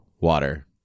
Water